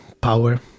power